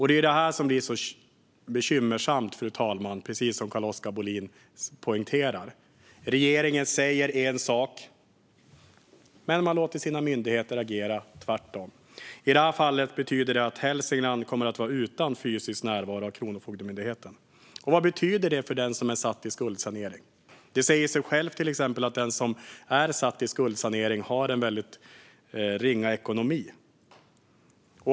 Det är detta som blir så bekymmersamt, precis som Carl-Oskar Bohlin poängterar. Regeringen säger en sak men låter sina myndigheter agera tvärtom. I det här fallet betyder det att Hälsingland kommer att vara utan fysisk närvaro av Kronofogdemyndigheten. Vad betyder det för den som är försatt i skuldsanering? Det säger sig självt att den som är i skuldsanering har en väldigt ringa ekonomi.